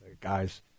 Guys